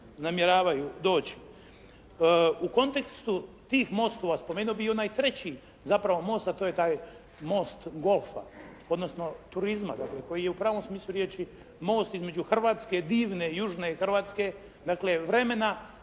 namjeravaju doći? U kontekstu tih mostova spomenuo bih i onaj treći zapravo most a to je taj most golfa odnosno turizma dakle koji je u pravom smislu riječi most između Hrvatske, divne, južne Hrvatske dakle vremena